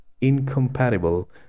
incompatible